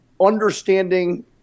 understanding